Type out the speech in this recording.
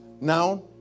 Now